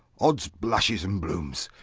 odds blushes and blooms!